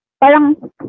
parang